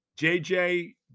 JJ